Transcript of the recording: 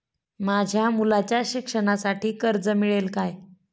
माझ्या मुलाच्या शिक्षणासाठी कर्ज मिळेल काय?